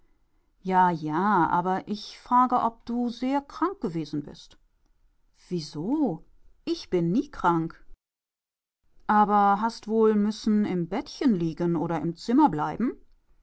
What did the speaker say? ja ja aber ich frage ob du sehr krank gewesen bist wieso ich bin nie krank aber hast wohl müssen im bettchen liegen oder im zimmer bleiben